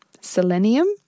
selenium